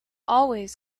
always